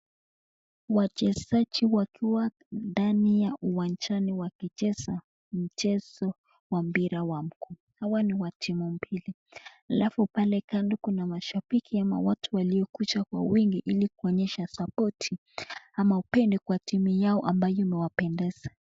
Wachezaji wakiwa ndani ya uwanjani wakicheza mchezo wa mpira wa mguu hawa ni wa timu mbili alafu pale kando kuna mashabiki kwa wingi ili kuonyesha sapoti ama upendo kwa timu yao ambao imewapendeza